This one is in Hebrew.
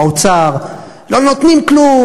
באוצר: לא נותנים כלום,